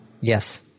Yes